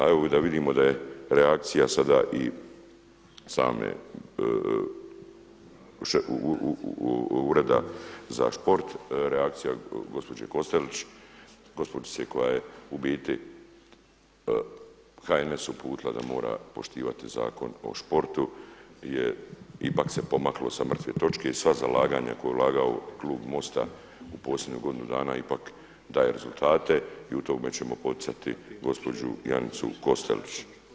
A evo da vidimo da je reakcija sada i same Ureda za šport, reakcija gospođe Kostelić, gospođice koja je u biti HNS uputila da mora poštivati Zakon o športu jer ipak se pomaklo sa mrtve točke i sva zalaganja koja je ulagao klub MOST-a u posljednjih godinu dana ipak daje rezultate i u tome ćemo poticati gospođu Janicu Kostelić.